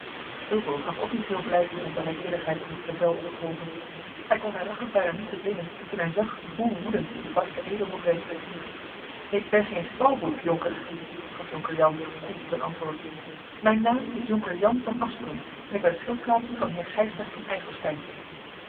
fulco gaf ook niet veel blijken van bereidwilligheid om het bevel op te volgen hij kon zijn lachen bijna niet bedwingen toen hij zag hoe woedend de barsche edelman werd ik ben geen stalboef heer gaf jonker jan koel ten antwoord mijn naam is jonker jan van asperen en ik ben schildknaap van heer gijsbrecht van ijselstein